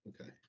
Okay